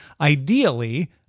Ideally